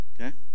okay